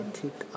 take